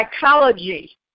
psychology